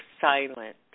silent